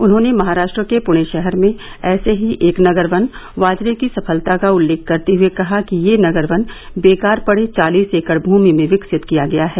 उन्होंने महाराष्ट्र के पृणे शहर में ऐसे ही एक नगर वन वाजरे की सफलता का उल्लेख करते हुए कहा कि यह नगर वन बेकार पड़े चालीस एकड़ भूमि में विकसित किया गया है